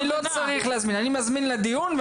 אני מזמין לדיון.